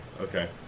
Okay